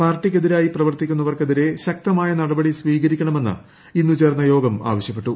പാർട്ടിക്കെതിരായി പ്രവർത്തിക്കുന്നവർക്കെതിരെ ശക്തമായ നടപടി സ്വീകരിക്കണമെന്ന് ഇന്നു ചേർന്ന യോഗം ആവശ്യപ്പെട്ടു